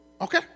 okay